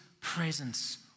presence